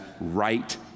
right